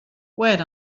wait